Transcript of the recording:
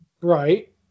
Right